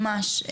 ממש,